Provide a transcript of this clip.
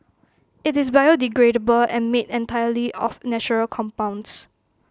IT is biodegradable and made entirely of natural compounds